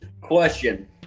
Question